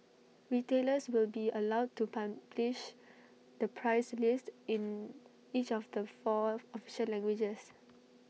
retailers will be allowed to publish the price list in each of the four official languages